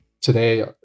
today